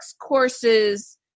courses